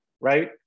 right